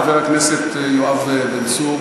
חבר הכנסת יואב בן צור,